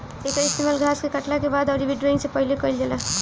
एकर इस्तेमाल घास के काटला के बाद अउरी विंड्रोइंग से पहिले कईल जाला